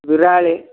விரலி